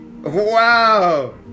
Wow